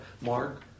Mark